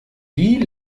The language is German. wie